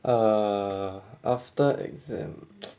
uh after exam